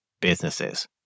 businesses